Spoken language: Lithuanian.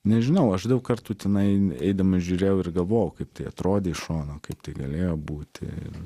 nežinau aš daug kartų tenai eidamas žiūrėjau ir galvojau kaip tai atrodė iš šono kaip tai galėjo būti